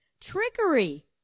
Trickery